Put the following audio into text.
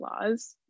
laws